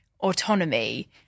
autonomy